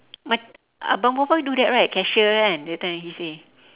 mac~ abang boy boy do that right cashier kan that time he say